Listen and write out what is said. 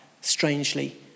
strangely